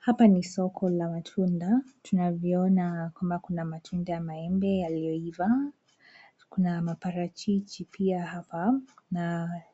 Hapa ni soko la matunda tunavyoona kwamba kuna matunda ya maembe yaliyoiva, kuna maparachichi pia,